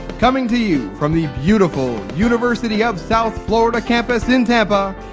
coming to you from the beautiful university of south florida campus in tampa,